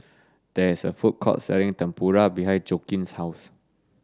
there is a food court selling Tempura behind Joaquin's house